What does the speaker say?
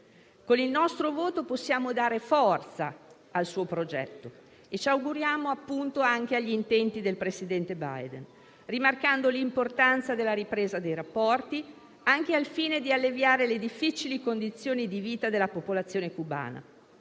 Con il nostro voto possiamo dare forza al suo progetto e - ci auguriamo - anche agli intenti del presidente Biden, rimarcando l'importanza della ripresa dei rapporti anche al fine di alleviare le difficili condizioni di vita della popolazione cubana.